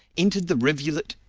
entered the rivulet,